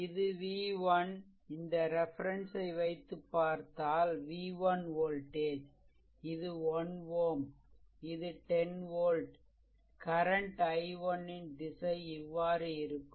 இது v1 இந்த reference ஐ வைத்து பார்த்தால் v1 வோல்டேஜ் இது 1 Ω இது 10 volt கரன்ட் i1 ன் திசை இவ்வாறு இருக்கும்